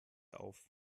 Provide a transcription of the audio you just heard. auf